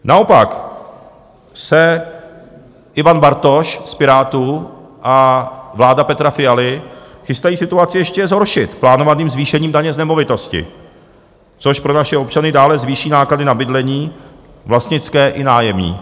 Naopak se Ivan Bartoš z Pirátů a vláda Petra Fialy chystají situaci ještě zhoršit plánovaným zvýšením daně z nemovitosti, což pro naše občany dále zvýší náklady na bydlení vlastnické i nájemní.